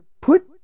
put